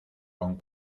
con